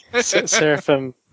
Seraphim